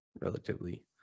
relatively